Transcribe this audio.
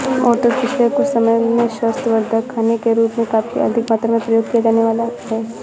oats पिछले कुछ समय से स्वास्थ्यवर्धक खाने के रूप में काफी अधिक मात्रा में प्रयोग किया जाने लगा है